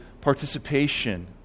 participation